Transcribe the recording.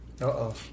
Uh-oh